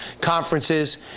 conferences